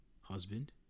husband